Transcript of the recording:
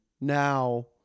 now